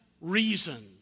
reason